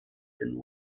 sind